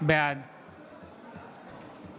בעד